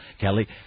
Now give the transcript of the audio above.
Kelly